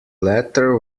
letter